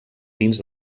dins